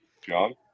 John